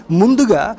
munduga